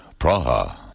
Praha